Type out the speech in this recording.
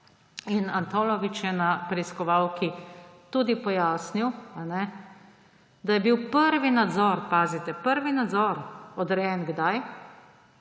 Antolovič je na preiskovalki tudi pojasnil, da je bil prvi nadzor, pazite, prvi nadzor odrejen − kdaj?